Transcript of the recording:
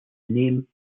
name